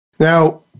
Now